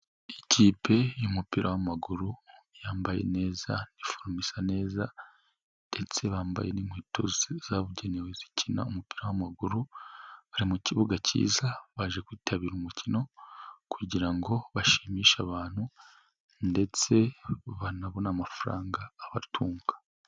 Ikipe y'umupira w'amaguru yambaye neza, Iniforome isa neza ndetse bambaye n'inkweto zabugenewe zikina umupira w'amaguru. Bari mu kibuga cyiza baje kwitabira umukino kugira ngo bashimishe abantu ndetse banabone amafaranga abatunga.